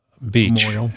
beach